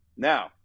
Now